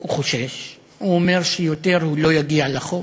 הוא חושש שיותר הוא לא יגיע לחוף.